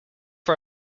for